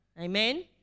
Amen